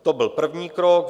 To byl první krok.